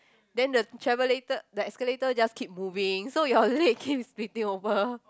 then the travelator the escalator just keep moving so your leg keep splitting open